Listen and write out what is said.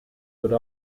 would